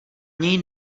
něj